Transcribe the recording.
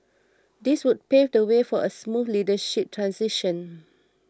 this would pave the way for a smooth leadership transition